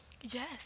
Yes